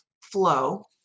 flow